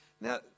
Now